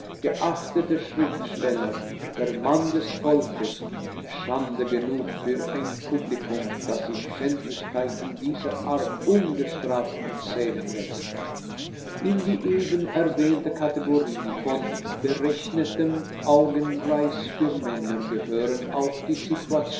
geachtete schriftsteller der mann des volkes schande genug für ein publikum das sich schändlichkeiten dieser art ungestraft erzählen läßt in die eben erwähnte kategorie von berechnetem augenreiz für männer gehören auch die situationen